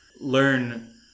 learn